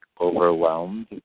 overwhelmed